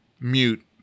mute